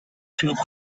чыгып